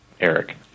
Eric